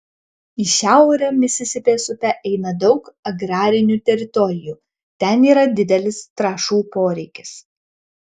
į šiaurę misisipės upe eina daug agrarinių teritorijų ten yra didelis trąšų poreikis